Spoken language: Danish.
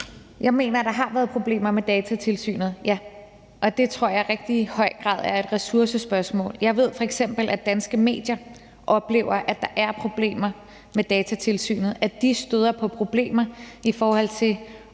jeg mener, der har været problemer med Datatilsynet, og det tror jeg i rigtig høj grad er et ressourcespørgsmål. Jeg ved f.eks., at danske medier oplever, at der er problemer med Datatilsynet. De støder på problemer, i forhold til